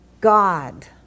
God